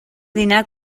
dinar